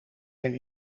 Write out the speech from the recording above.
zijn